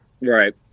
Right